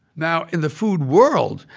now, in the food world,